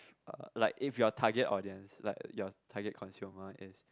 uh like if your target audience like your target consumer is